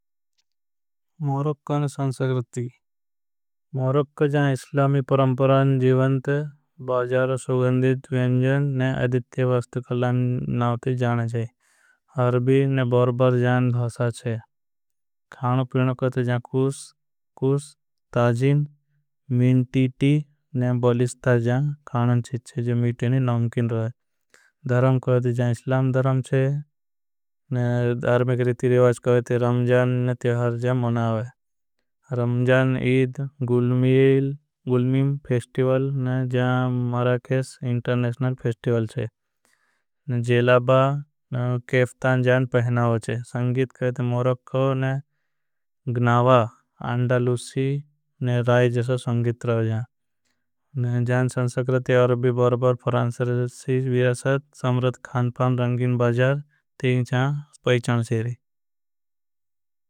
मोरक्कन ने संस्कृति मोरक्कन जान इस्लामी परंपरान जिवन्त बाजार। सुगंदे द्विन्जन ने अधित्य वास्तकलान नाव ते जान जाई ने बर्बर जान। भासा छे जान couscous tagine minty tea ने बलिषता जान खानन। चिच चे जो मीटे ने नमकिन रहे का जान इस्लाम धरम छे करिती। रिवाज का जान रमजान ने तेहर जान मनावे इद गुल्मिम फेस्टिवल। ने जान मराकेश इंटरनेशनल फेस्टिवल छे ने केफतान जान पहनावे छे। कहते मौरक्का ने ग्नावा अंडालूसी ने राय जासा संगीत राव जान संसक्रति। अरबी, बरबर, फरांसर विरासत, समरत, खानपान, रंगिन। बाजार ते जान पईचान चेरे।